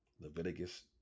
Leviticus